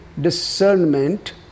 discernment